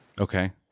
Okay